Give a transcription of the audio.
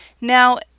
now